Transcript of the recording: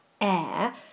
air